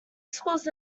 schools